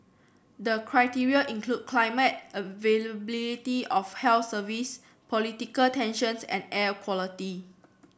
the criteria include climate availability of health service political tensions and air quality